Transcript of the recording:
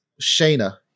Shayna